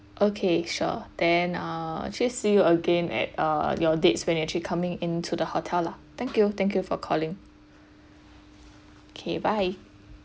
okay sure then uh actually see again at uh your dates when you actually coming into the hotel lah thank you thank you for calling okay bye